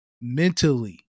mentally